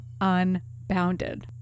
unbounded